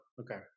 Okay